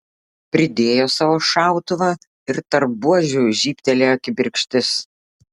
pridėjo savo šautuvą ir tarp buožių žybtelėjo kibirkštis